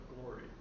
glory